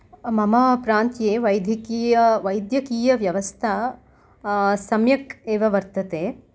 मम प्रान्ते वैद्यकीयव्यवस्था सम्यक् एव वर्तते